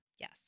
Yes